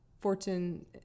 fortune